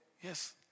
yes